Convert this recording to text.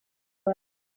were